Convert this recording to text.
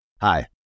Hi